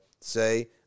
Say